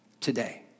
today